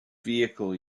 vehicle